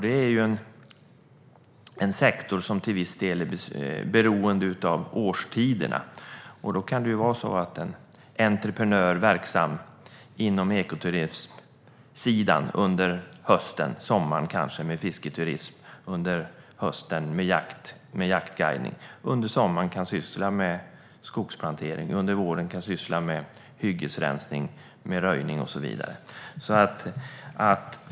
Det är ju en sektor som till viss del är beroende av årstiderna. En entreprenör verksam inom ekoturism kan under våren syssla med skogsplantering, hyggesrensning och röjning, under sommaren med fisketurism och under hösten med jaktguidning.